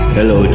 Hello